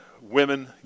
women